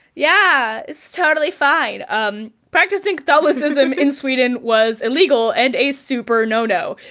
yeah, it's totally fine um practicing catholicism in sweden was illegal and a super no-no.